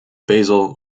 basil